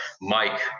Mike